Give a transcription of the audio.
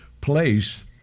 place